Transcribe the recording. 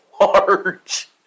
large